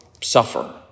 suffer